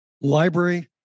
library